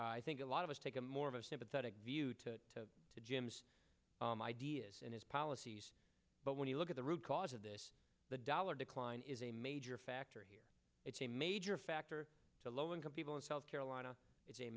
i think a lot of us take a more of a sympathetic view to jim's ideas and his policies but when you look at the root cause of this the dollar decline is a major factor here it's a major factor to low income people in south carolina it's a